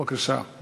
בבקשה.